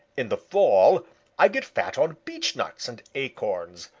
in the fall i get fat on beechnuts and acorns.